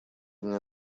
мне